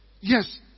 Yes